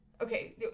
Okay